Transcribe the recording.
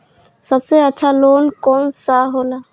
सबसे अच्छा लोन कौन सा होला?